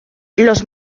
los